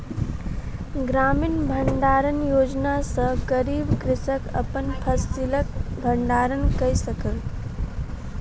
ग्रामीण भण्डारण योजना सॅ गरीब कृषक अपन फसिलक भण्डारण कय सकल